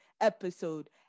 episode